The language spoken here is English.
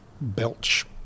belch